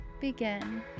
begin